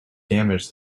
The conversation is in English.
damage